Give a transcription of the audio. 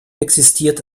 existiert